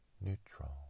neutral